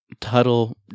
Tuttle